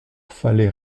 fallait